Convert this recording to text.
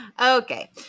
okay